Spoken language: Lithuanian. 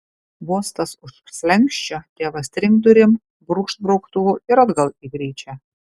vos tas už slenksčio tėvas trinkt durim brūkšt brauktuvu ir atgal į gryčią